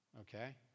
Okay